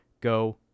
go